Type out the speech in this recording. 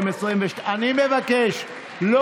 לא.